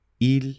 Il